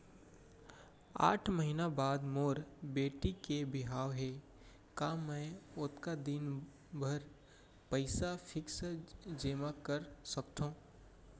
आठ महीना बाद मोर बेटी के बिहाव हे का मैं ओतका दिन भर पइसा फिक्स जेमा कर सकथव?